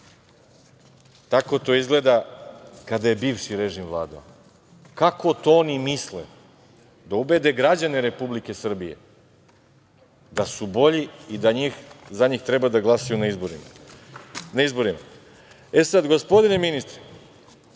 Tako to izgleda kada je bivši režim vladao. Kako to oni misle da ubede građane Republike Srbije da su bolji i da za njih treba da glasaju na izborima.E, sad, gospodine ministre,